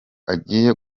agiye